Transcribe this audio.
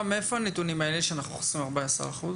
מאיפה הנתונים האלה שאנחנו חוסכים 14%?